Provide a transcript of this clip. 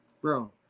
bro